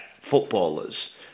footballers